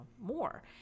more